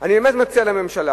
אני באמת מציע לממשלה